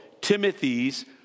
Timothy's